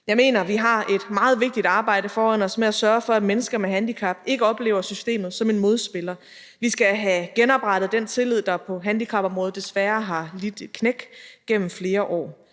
Jeg mener, vi har et meget vigtigt arbejde foran os med at sørge for, at mennesker med handicap ikke oplever systemet som en modspiller. Vi skal have genoprettet den tillid, der på handicapområdet desværre har lidt et knæk gennem flere år.